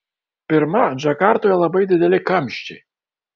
pirma džakartoje labai dideli kamščiai